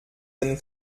den